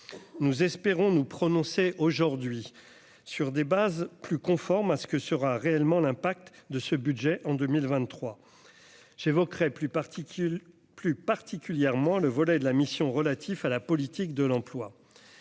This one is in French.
nous espérons nous prononcer aujourd'hui sur des bases plus conforme à ce que sera réellement l'impact de ce budget en 2023, j'évoquerai plus particules plus particulièrement le volet de la mission relatifs à la politique de l'emploi